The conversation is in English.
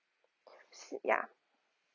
s~ ya